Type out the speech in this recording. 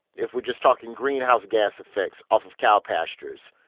if we're just talking greenhouse gas effects off of cow pastures